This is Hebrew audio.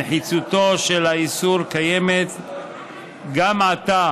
נחיצותו של האיסור קיימת גם עתה